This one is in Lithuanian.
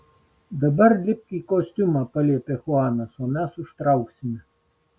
dabar lipk į kostiumą paliepė chuanas o mes užtrauksime